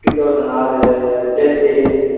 fifty தௌசண்டா அது சரி